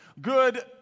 Good